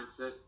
mindset